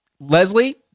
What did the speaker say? Leslie